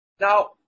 Now